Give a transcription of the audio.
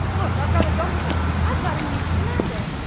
look, i've got a dumbledore. i've got a newt scamander.